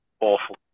awful